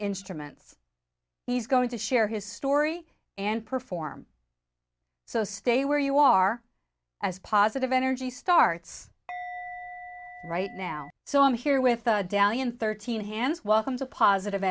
instruments he's going to share his story and perform so stay where you are as positive energy starts right now so i'm here with dahlia in thirteen hands welcomes a positive